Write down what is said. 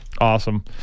awesome